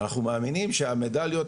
ואנחנו מאמינים שהמדליות,